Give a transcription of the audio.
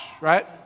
right